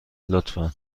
لطفا